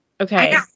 Okay